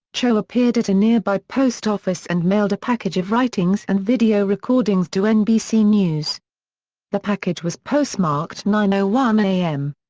cho appeared at a nearby nearby post office and mailed a package of writings and video recordings to nbc news the package was postmarked nine ah one a m.